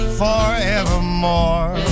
forevermore